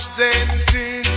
dancing